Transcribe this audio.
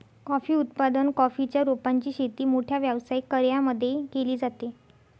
coffee उत्पादन, coffee च्या रोपांची शेती मोठ्या व्यावसायिक कर्यांमध्ये केली जाते